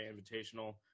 Invitational